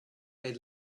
they